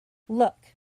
look